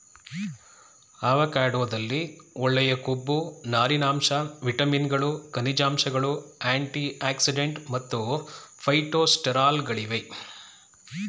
ಅವಕಾಡೊದಲ್ಲಿ ಒಳ್ಳೆಯ ಕೊಬ್ಬು ನಾರಿನಾಂಶ ವಿಟಮಿನ್ಗಳು ಖನಿಜಾಂಶಗಳು ಆಂಟಿಆಕ್ಸಿಡೆಂಟ್ ಮತ್ತು ಫೈಟೊಸ್ಟೆರಾಲ್ಗಳಿವೆ